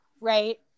right